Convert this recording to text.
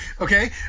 Okay